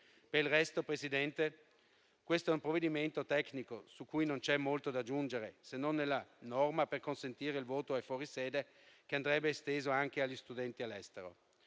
Per il resto, Presidente, questo è un provvedimento tecnico, su cui non c'è molto da aggiungere, se non nella norma per consentire il voto ai fuori sede, che andrebbe estesa anche agli studenti all'estero.